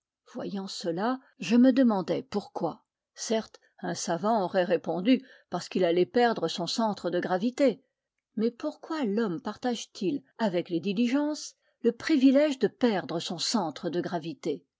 voyant cela je me demandai pourquoi certes un savant aurait répondu parce qu'il allait perdre son centre de gravité mais pourquoi l'homme partage t il avec les diligences le privilège de perdre son centre de gravité